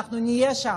אנחנו נהיה שם,